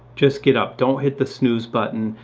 just get up, don't hit the snooze button.